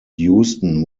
houston